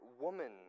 woman